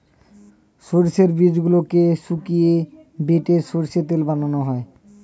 সর্ষের বীজগুলোকে শুকিয়ে বেটে সর্ষের তেল বানানো হয়